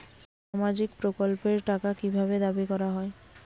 সামাজিক প্রকল্পের টাকা কি ভাবে দাবি করা হয়?